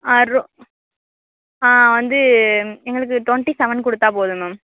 ஆ ரோ வந்து எங்களுக்கு டொண்ட்டி செவன் கொடுத்தா போதும் மேம்